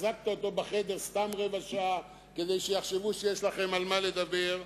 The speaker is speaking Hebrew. החזקת אותו בחדר סתם רבע שעה כדי שיחשבו שיש לכם על מה לדבר.